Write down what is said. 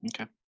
Okay